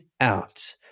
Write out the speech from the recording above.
out